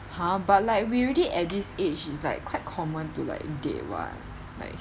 !huh! but like we already at this age is like quite common to like date [what] like